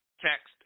Text